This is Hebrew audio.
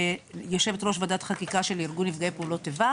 יו"ר ועדת חקיקה של ארגון נפגעי פעולות איבה